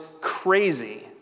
crazy